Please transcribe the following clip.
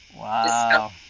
Wow